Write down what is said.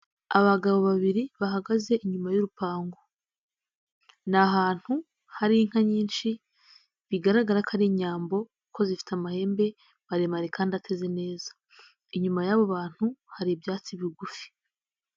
Abagabo babiri bahagaze inyuma y'urupango, ni ahantu hari inka nyinshi bigaragara ko ari inyambo kuko zifite amahembe maremare kandi ateze neza, inyuma y'abo bantu hari ibyatsi bigufi.